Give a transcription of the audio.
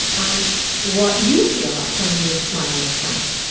and what you feel like when you smile or frown.